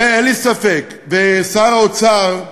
אין לי ספק, ושר האוצר,